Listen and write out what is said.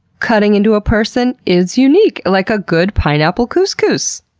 cutting into a person is unique. like a good pineapple couscous!